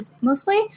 mostly